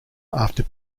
after